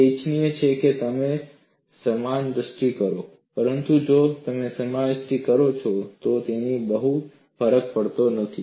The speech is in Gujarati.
તે ઇચ્છનીય છે કે તમે સમાવિષ્ટ કરો પરંતુ જો તમે સમાવિષ્ટ કરો છો તો તેનાથી બહુ ફરક પડતો નથી